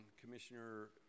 Commissioner